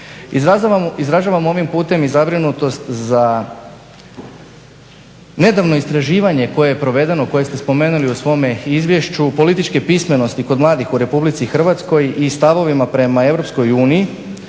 Izražavamo ovim putem i zabrinutost za nedavno istraživanje koje je provedeno, koje ste spomenuli u svome izvješću političke pismenosti kod mladih u Republici Hrvatskoj i stavovima prema Europskoj uniji,